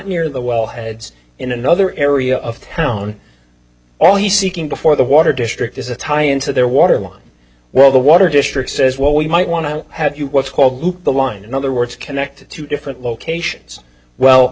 near the wellheads in another area of town all he seeking before the water district is a tie into their water line well the water district says well we might want to have what's called the line in other words connected to different locations well